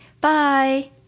Bye